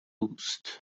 اوست